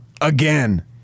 again